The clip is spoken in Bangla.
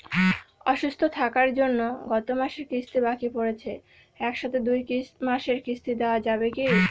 অসুস্থ থাকার জন্য গত মাসের কিস্তি বাকি পরেছে এক সাথে দুই মাসের কিস্তি দেওয়া যাবে কি?